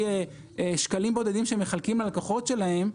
שקלים בודדים שהם מחלקים ללקוחות שלהם,